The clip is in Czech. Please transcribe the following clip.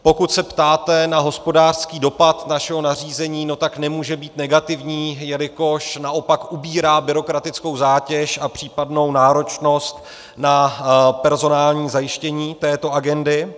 Pokud se ptáte na hospodářský dopad našeho nařízení, tak nemůže být negativní, jelikož naopak ubírá byrokratickou zátěž a případnou náročnost na personální zajištění této agendy.